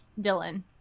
Dylan